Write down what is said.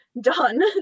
done